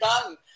done